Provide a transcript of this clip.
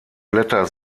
blätter